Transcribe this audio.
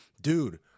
dude